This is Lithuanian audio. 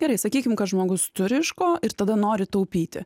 gerai sakykim kad žmogus turi iš ko ir tada nori taupyti